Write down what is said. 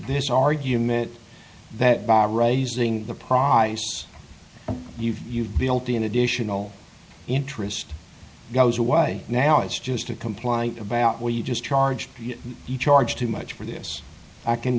this argument that by raising the profits you've built in additional interest goes away now it's just a compliant about where you just charge the charge too much for this i can